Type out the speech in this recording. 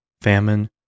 famine